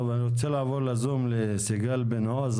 אני רוצה לעבור בזום לסיגל בן עוז